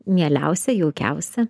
mieliausia jaukiausia